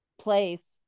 place